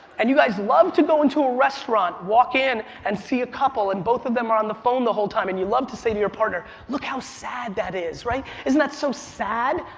and you guys loved to go into a restaurant, walk in and see a couple, and both of them are on the phone the whole time, and you loved to say to your partner, look how sad that is, right? isn't that so sad?